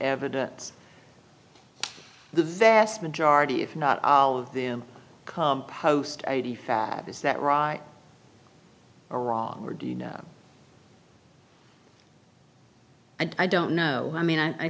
evidence the vast majority if not all of them come post eighty fab is that right or wrong or do you know i don't know i mean i